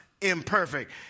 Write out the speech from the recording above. imperfect